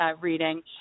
reading